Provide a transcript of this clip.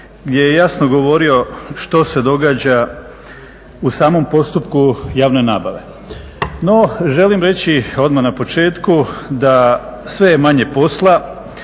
gdje je jasno govorio što se događa u samom postupku javne nabave. No, želim reći odmah na početku da sve je manje posla,